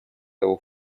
того